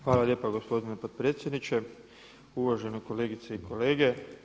Hvala lijepa gospodine potpredsjedniče, uvažene kolegice i kolege.